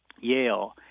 Yale